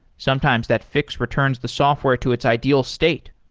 sometimes that fix returns the software to its ideal state.